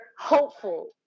hopeful